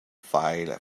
file